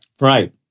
Right